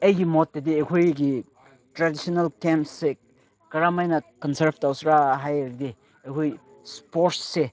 ꯑꯩꯒꯤ ꯃꯣꯠꯇꯗꯤ ꯑꯩꯈꯣꯏꯒꯤ ꯇ꯭ꯔꯦꯗꯤꯁꯅꯦꯜ ꯒꯦꯝꯁꯁꯦ ꯀꯔꯝ ꯍꯥꯏꯅ ꯀꯟꯖꯥꯔꯞ ꯇꯧꯁꯤꯔꯥ ꯍꯥꯏꯔꯗꯤ ꯑꯩꯈꯣꯏ ꯏꯁꯄꯣꯔꯠꯁꯁꯦ